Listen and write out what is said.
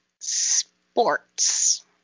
sports